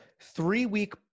three-week